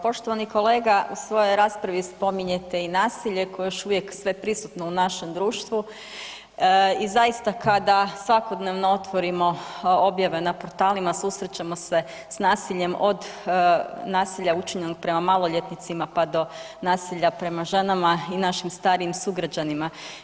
Poštovani kolega u svojoj raspravi spominjete i nasilje koje je još uvijek sveprisutno u našem društvu i zaista kada svakodnevno otvorimo objave na portalima susrećemo se s nasiljem od nasilja učinjenog prema maloljetnicima pa do nasilja prema ženama i našim starijim sugrađanima.